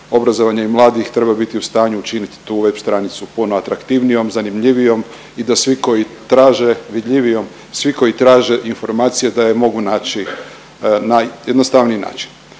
obrazovanja i mladih treba biti u stanju učiniti tu web stranicu puno atraktivnijom, zanimljivijom i da svi koji traže vidljivijom, svi koji traže informacije da je mogu naći na jednostavniji način.